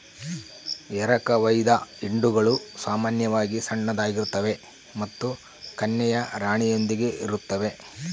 ಎರಕಹೊಯ್ದ ಹಿಂಡುಗಳು ಸಾಮಾನ್ಯವಾಗಿ ಸಣ್ಣದಾಗಿರ್ತವೆ ಮತ್ತು ಕನ್ಯೆಯ ರಾಣಿಯೊಂದಿಗೆ ಇರುತ್ತವೆ